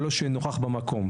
אבל לא שיהיה נוכח במקום.